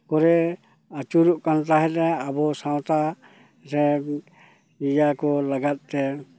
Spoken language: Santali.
ᱠᱚᱨᱮ ᱟᱹᱪᱩᱨᱚᱜ ᱠᱟᱱ ᱛᱟᱦᱮᱱᱟᱭ ᱟᱵᱚ ᱥᱟᱶᱛᱟ ᱨᱮᱱ ᱤᱭᱟᱹᱠᱚ ᱞᱟᱹᱜᱤᱫ ᱛᱮ